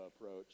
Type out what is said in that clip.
approach